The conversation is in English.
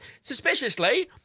suspiciously